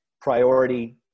priority